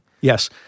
yes